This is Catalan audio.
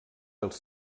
dels